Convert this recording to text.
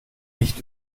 nicht